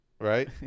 right